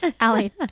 Allie